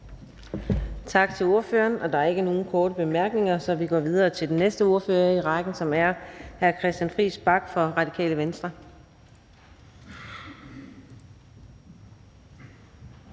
Tak til ordføreren. Der er ikke nogen korte bemærkninger, så vi går videre til den næste ordfører i rækken, som er fru Kirsten Normann Andersen,